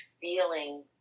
feeling